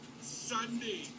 Sunday